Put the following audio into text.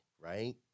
right